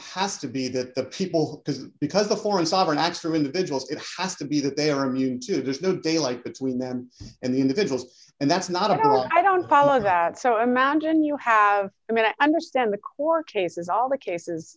has to be that the people is because the foreign sovereign acts or individuals it has to be that they are immune to this no daylight between them and the individuals and that's not abroad i don't follow that so i imagine you have i mean i understand the quarter cases all the cases